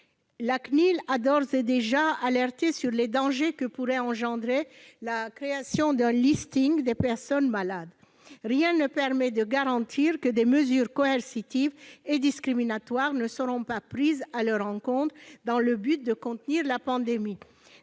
La CNIL nous a d'ores et déjà alertés sur les dangers que pourrait entraîner la création d'une liste des personnes malades. Rien ne permet en effet de garantir que des mesures coercitives et discriminatoires ne seront pas prises à l'encontre de ces dernières dans le but de contenir la pandémie.